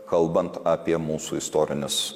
kalbant apie mūsų istorinius